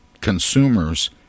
consumers